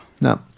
No